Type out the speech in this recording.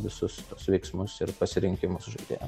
visus tuos veiksmus ir pasirinkimus žaidėjam